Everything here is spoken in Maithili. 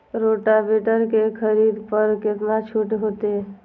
रोटावेटर के खरीद पर केतना छूट होते?